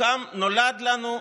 לכן נולד לנו,